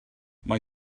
mae